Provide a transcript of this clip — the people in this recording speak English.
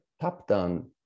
top-down